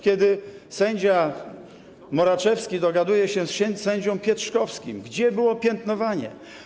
Kiedy sędzia Moraczewki dogadywał się z sędzią Pietrzkowskim, gdzie było piętnowanie?